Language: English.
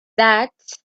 that